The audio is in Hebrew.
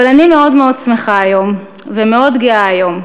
אבל אני מאוד מאוד שמחה היום ומאוד גאה היום,